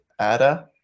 Ada